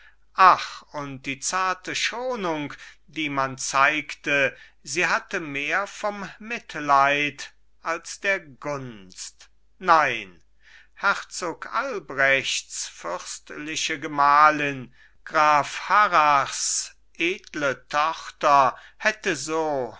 ach und die zarte schonung die man zeigte sie hatte mehr vom mitleid als der gunst nein herzog albrechts fürstliche gemahlin graf harrachs edle tochter hätte so